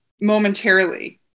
momentarily